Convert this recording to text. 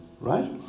Right